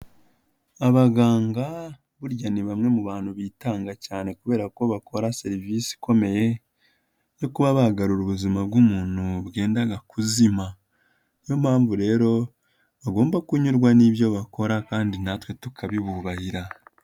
Abaganga burya ni bamwe mu bantu bitanga cyane kubera ko bakora serivisi ikomeye yo kuba bagarura ubuzima bw'umuntu bwendaga kuzima, niyo mpamvu rero, bagomba kunyurwa n'ibyo bakora kandi natwe tukabibubahira.